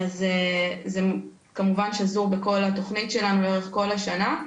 זה כמובן שזור בכל התכנית שלנו, לאורך כל השנה.